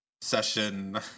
session